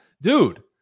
Dude